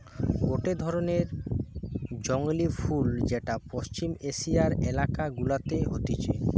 গটে ধরণের জংলী ফুল যেটা পশ্চিম এশিয়ার এলাকা গুলাতে হতিছে